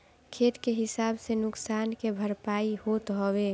खेत के हिसाब से नुकसान के भरपाई होत हवे